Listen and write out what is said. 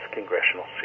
Congressional